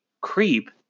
creep